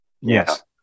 Yes